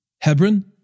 Hebron